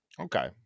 Okay